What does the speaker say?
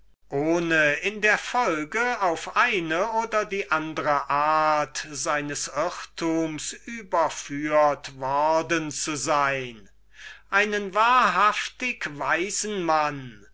ohne daß er in der folge auf eine oder die andere art seines irrtums überführt worden wäre einen wahrhaftig weisen mann